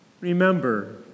Remember